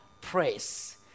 praise